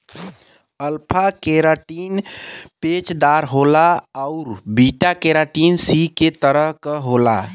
alpha keratin पेचदार होला आउर बीटा केराटिन सीट के तरह क होला